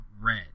red